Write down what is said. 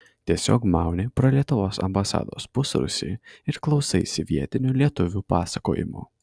tiesiog mauni pro lietuvos ambasados pusrūsį ir klausaisi vietinių lietuvių pasakojimų